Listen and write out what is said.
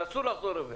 ואסור לחזור רוורס.